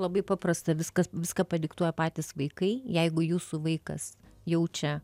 labai paprasta viskas viską padiktuoja patys vaikai jeigu jūsų vaikas jaučia